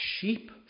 sheep